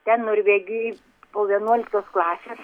ten norvegijoj po vienuoliktos klasės